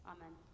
Amen